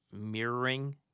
mirroring